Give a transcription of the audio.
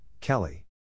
Kelly